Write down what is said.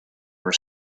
were